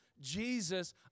Jesus